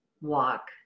walk